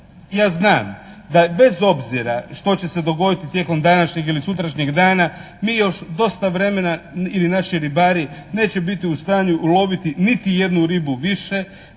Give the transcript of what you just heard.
ja znam da je bez obzira što će se dogoditi tijekom današnjeg ili sutrašnjeg dana, mi još dosta vremena ili naši ribari neće biti u stanju uloviti niti jednu ribu više,